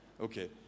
Okay